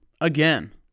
again